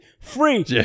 Free